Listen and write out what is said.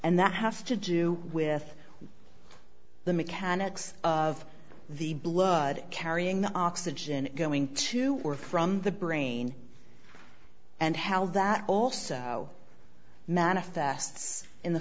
and that has to do with the mechanics of the blood carrying oxygen going to or from the brain and how that also manifests in the